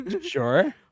Sure